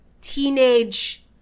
teenage